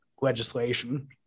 legislation